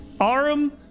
Arum